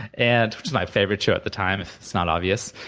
and was my favorite show, at the time, if it's not obvious,